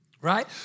right